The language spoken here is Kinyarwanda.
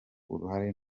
uruhare